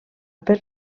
per